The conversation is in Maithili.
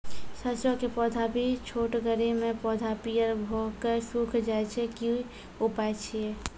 सरसों के पौधा भी छोटगरे मे पौधा पीयर भो कऽ सूख जाय छै, की उपाय छियै?